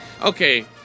Okay